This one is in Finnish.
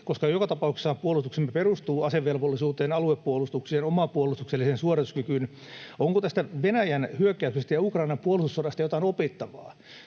koska joka tapauksessahan puolustuksemme perustuu asevelvollisuuteen, aluepuolustukseen, omaan puolustukselliseen suorituskykyyn? Onko tästä Venäjän hyökkäyksestä ja Ukrainan puolustussodasta jotain opittavaa?